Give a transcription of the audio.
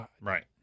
Right